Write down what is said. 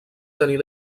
tenir